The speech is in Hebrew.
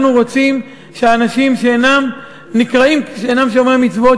אנחנו רוצים שאנשים שאינם שומרי מצוות